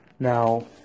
Now